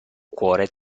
cuor